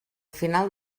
final